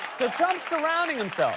trump's surrounding and so